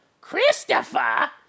Christopher